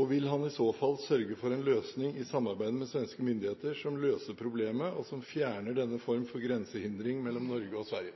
og vil han i så fall sørge for en løsning i samarbeid med svenske myndigheter som løser problemet og som fjerner denne form for grensehindring mellom Norge og Sverige?»